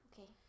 Okay